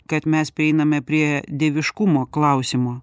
kad mes prieiname prie dieviškumo klausimo